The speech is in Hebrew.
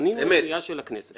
ענינו לפנייה של הכנסת.